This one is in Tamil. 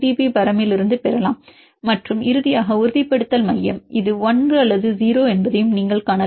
பி பரமிலிருந்து பெறலாம் மற்றும் இறுதியாக உறுதிப்படுத்தல் மையம் இது 1 அல்லது 0 என்பதையும் நீங்கள் காணலாம்